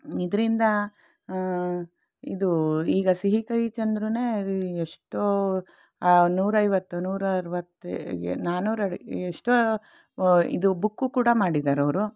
ಇದರಿಂದ ಇದು ಈಗ ಸಿಹಿಕಹಿ ಚಂದ್ರೂನೇ ಎಷ್ಟೋ ನೂರೈವತ್ತು ನೂರರ್ವತ್ತುಗೆ ನಾನ್ನೂರ ಡಿ ಎಷ್ಟೋ ಇದು ಬುಕ್ಕು ಕೂಡ ಮಾಡಿದಾರವರು